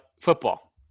Football